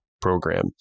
program